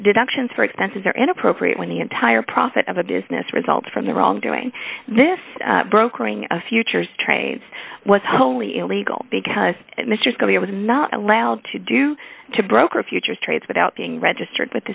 deductions for expenses are inappropriate when the entire profit of a business result from the wrongdoing this brokering a futures trades was wholly illegal because mr scalia was not allowed to do to broker a futures trades without being registered with